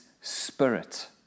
spirit